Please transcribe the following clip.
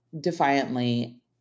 defiantly